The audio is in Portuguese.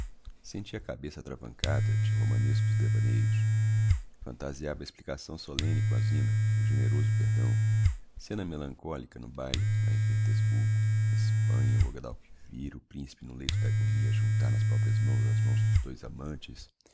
sentia a cabeça atravancada de romanescos devaneios phantaziava a explicação solemne com a zina o generoso perdão scena melancolica no baile lá em petersburgo hespanha o guadalquivir o principe no leito da agonia a juntar nas proprias mãos as mãos dos dois amantes